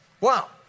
Wow